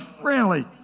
friendly